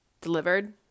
delivered